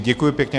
Děkuji pěkně.